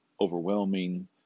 overwhelming